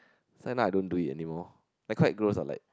so now I don't do it anymore like quite gross ah like